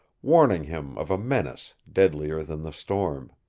warning him of a menace deadlier than the storm.